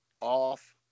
off